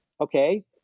okay